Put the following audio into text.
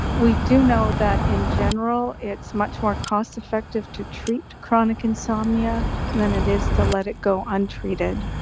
we do know that in general it's much more cost effective to treat chronic insomnia than it is to let it go untreated,